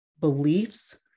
beliefs